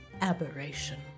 aberration